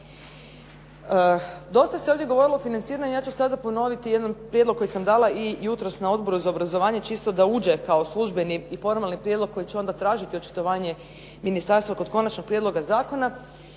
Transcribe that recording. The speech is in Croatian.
Dosta se ovdje govorilo o financiranju, ja ću sada ponoviti jedan prijedlog koji sam dala jutros i na Odboru za obrazovanje čisto da uđe kao službeni i formalni prijedlog koji će onda tražiti očitovanje ministarstva kod konačnog prijedloga zakona.